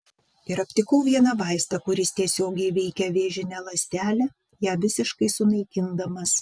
ir aptikau vieną vaistą kuris tiesiogiai veikia vėžinę ląstelę ją visiškai sunaikindamas